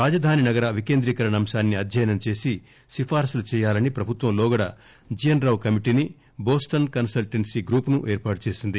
రాజధాని నగర వికేంద్రీకరణ అంశాన్ని అధ్యయనం చేసి సిఫారసులు చేయాలని ప్రభుత్వం లోగడ జీఎస్ రావు కమిటీని బోస్టన్ కన్పల్లెన్సీ రూపును ఏర్పాటుచేసింది